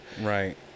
Right